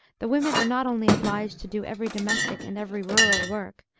the women are not only obliged to do every domestic and every rural work,